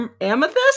amethyst